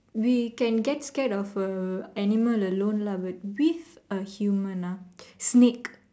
we can get scared of a animal alone lah but with a human ah snake